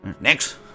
Next